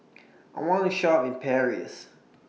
I wanna Shopping in Paris